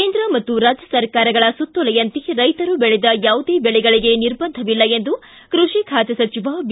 ಕೇಂದ್ರ ಮತ್ತು ರಾಜ್ಯ ಸರ್ಕಾರಗಳ ಸುತ್ತೋಲೆಯಂತೆ ರೈತರು ಬೆಳೆದ ಯಾವುದೇ ಬೆಳೆಗಳಿಗೆ ನಿರ್ಬಂಧವಿಲ್ಲ ಎಂದು ಕೃಷಿ ಖಾತೆ ಸಚಿವ ಬಿ